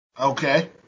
Okay